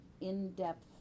in-depth